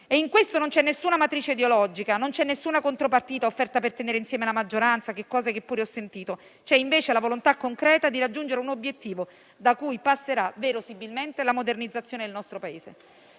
In questo non c'è alcuna matrice ideologica, non c'è alcuna contropartita offerta per tenere insieme la maggioranza, cose che pure ho sentito. C'è invece la volontà concreta di raggiungere un obiettivo, da cui passerà verosimilmente la modernizzazione del nostro Paese.